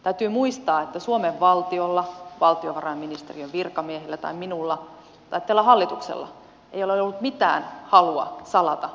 täytyy muistaa että suomen valtiolla valtiovarainministeriön virkamiehillä tai minulla tai tällä hallituksella ei ole ollut mitään halua salata vakuussopimuksia